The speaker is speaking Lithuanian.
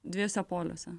dviejuose poliuose